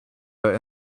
but